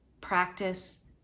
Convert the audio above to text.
practice